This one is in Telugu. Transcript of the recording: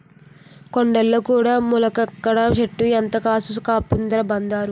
కొండల్లో కూడా ములక్కాడల సెట్టు ఎంత కాపు కాస్తందిరా బదరూ